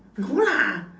no lah